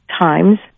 times